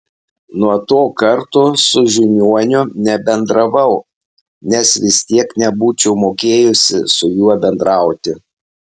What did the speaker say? nuo to karto su žiniuoniu nebendravau nes vis tiek nebūčiau mokėjusi su juo bendrauti